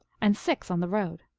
and six on the road.